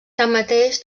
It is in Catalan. tanmateix